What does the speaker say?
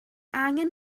angen